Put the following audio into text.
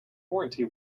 warranty